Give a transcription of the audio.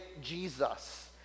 Jesus